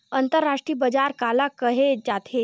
अंतरराष्ट्रीय बजार काला कहे जाथे?